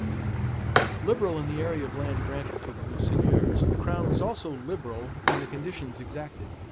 liberal in the area of land granted to the new seigneurs, the crown was also liberal in the conditions exacted.